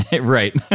right